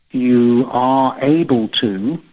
you are able to,